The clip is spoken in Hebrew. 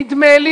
נדמה לי